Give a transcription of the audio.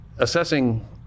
Assessing